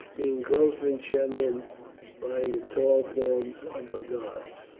being closely shut in by the tall forms of her guard.